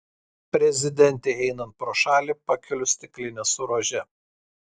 prezidentei einant pro šalį pakeliu stiklinę su rože